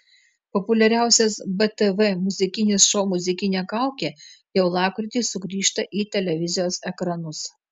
populiariausias btv muzikinis šou muzikinė kaukė jau lapkritį sugrįžta į televizijos ekranus